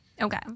Okay